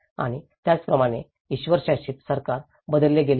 आणि त्याचप्रमाणे ईश्वरशासित सरकार बदलले गेले आहे